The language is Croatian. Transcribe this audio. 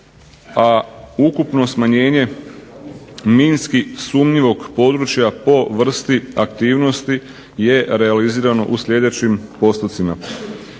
a ukupno smanjenje minski sumnjivog područja po vrsti aktivnosti je realizirano u sljedećim postocima.